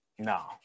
No